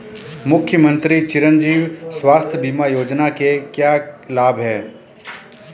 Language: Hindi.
मुख्यमंत्री चिरंजी स्वास्थ्य बीमा योजना के क्या लाभ हैं?